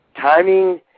timing